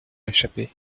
échapper